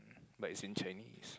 but it in Chinese